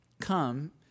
come